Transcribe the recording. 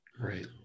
Right